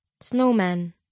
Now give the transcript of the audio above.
Snowman